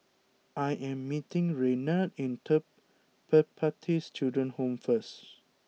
I am meeting Renard at Pertapis Children Home first